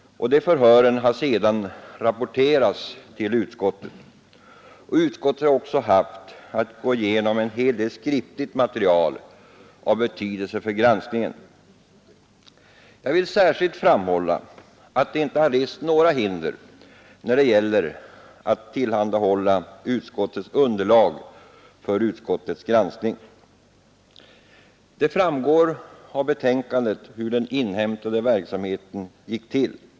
Dessa förhör har sedan rapporterats till utskottet. Utskottet har också haft att gå igenom en hel del skriftligt material av betydelse för granskningen. Jag vill särskilt framhålla att det inte har rests några hinder när det gällt att tillhandahålla utskottet underlag för dess granskning. Det framgår av betänkandet hur den inhämtande verksamheten gick till.